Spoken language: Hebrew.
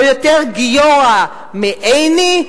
או יותר גיורא מעיני,